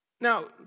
Now